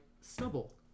stubble